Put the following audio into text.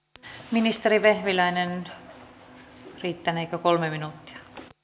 ministeri vehviläinen riittäneekö kolme minuuttia